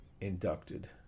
inducted